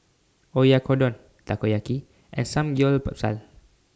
Oyakodon Takoyaki and Samgyeopsal